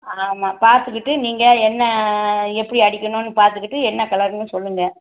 ஆமாம் பார்த்துக்குட்டு நீங்கள் என்ன எப்படி அடிக்கணும்ன்னு பார்த்துக்குட்டு என்ன கலருன்னு சொல்லுங்கள்